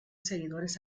seguidores